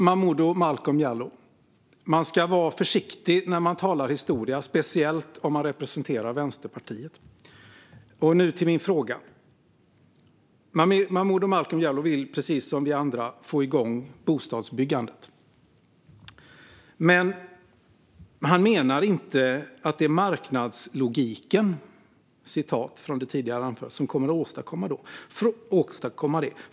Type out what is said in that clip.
Man ska vara försiktig när man talar historia, Momodou Malcolm Jallow, speciellt om man representerar Vänsterpartiet. Nu till min fråga. Momodou Malcolm Jallow vill precis som vi andra få igång bostadsbyggandet, men han menar inte att det är marknadslogiken som kommer att åstadkomma detta.